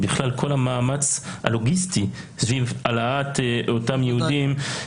כל המאמץ הלוגיסטי סביב העלאת אותם יהודים,